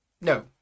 No